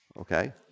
okay